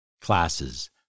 Classes